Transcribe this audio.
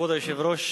כבוד היושב-ראש,